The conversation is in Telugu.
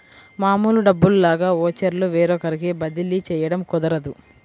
మామూలు డబ్బుల్లాగా ఓచర్లు వేరొకరికి బదిలీ చేయడం కుదరదు